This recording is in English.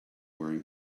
wearing